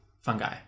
fungi